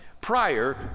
prior